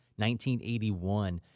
1981